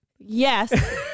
Yes